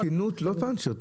לא פנצ'ר.